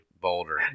Boulder